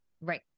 right